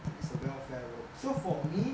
it's a welfare road so for me